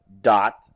Dot